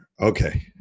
Okay